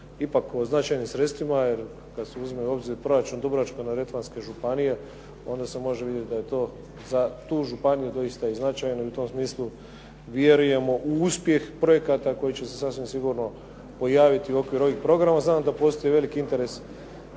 ipak o značajnim sredstvima jer kad se uzme u obzir proračun Dubrovačko-neretvanske županije onda se može vidjeti da je to za tu županiju doista i značajno i u tom smislu vjerujemo u uspjeh projekata koji će se sasvim sigurno pojaviti u okviru ovih programa. Znam da postoji veliki interes